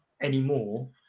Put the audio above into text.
anymore